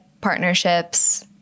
partnerships